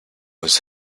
was